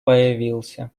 появился